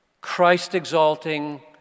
Christ-exalting